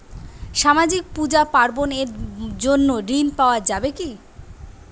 সামাজিক পূজা পার্বণ এর জন্য ঋণ পাওয়া যাবে কি?